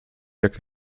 jak